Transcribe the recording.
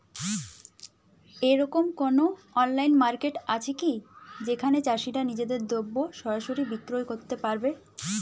এরকম কোনো online market আছে কি যেখানে চাষীরা নিজেদের দ্রব্য সরাসরি বিক্রয় করতে পারবে?